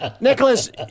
Nicholas